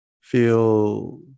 Feel